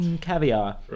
caviar